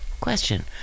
Question